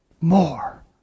More